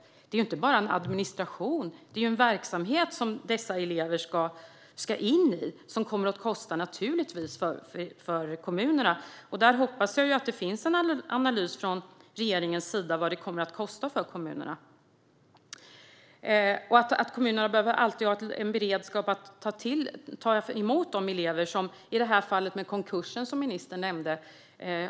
Det handlar ju inte bara om en administration, utan det är en verksamhet som dessa elever ska in i, och det kommer naturligtvis att kosta för kommunerna. Där hoppas jag att det från regeringens sida finns en analys av vad detta kommer att kosta för kommunerna. Kommunerna behöver alltid ha en beredskap att ta emot elever, till exempel från den konkurs som ministern nämnde.